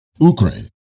Ukraine